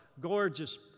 gorgeous